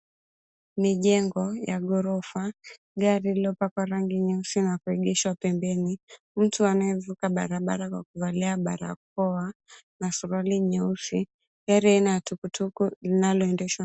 Ni jengo ya ghorofa, gari iliyopakwa rangi nyeusi na kuegeshwa pembeni, mtu anayevuka barabara kwa kuvalia barakoa na suruali nyeusi. Gari aina ya tukutuku linaloendeshwa.